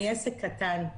אני עסק קטן.